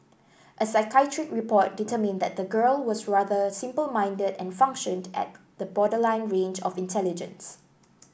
a psychiatric report determined that the girl was rather simple minded and functioned at the borderline range of intelligence